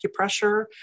acupressure